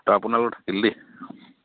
ত' আপোনালৈও থাকিল দেই